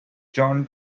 john